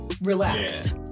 relaxed